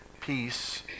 peace